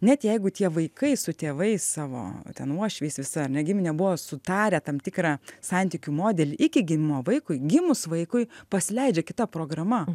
net jeigu tie vaikai su tėvais savo ten uošviais visa ar ne gimine buvo sutarę tam tikrą santykių modelį iki gimimo vaikui gimus vaikui pasileidžia kita programa